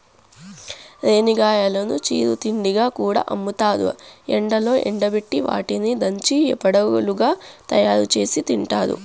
రేణిగాయాలను చిరు తిండిగా కూడా అమ్ముతారు, ఎండలో ఎండబెట్టి వాటిని దంచి వడలుగా తయారుచేసి తింటారు